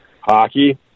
hockey